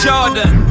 Jordan